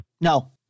No